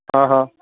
ਹਾਂ ਹਾਂ